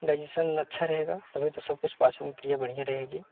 digestion अच्छा रहेगा तभी तो सब कुछ पाचन क्रिया बढ़िया रहेगी